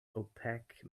opaque